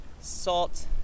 salt